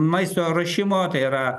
maisto ruošimo tai yra